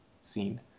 scene